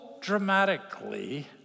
dramatically